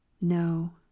NO